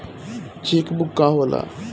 Check book का होला?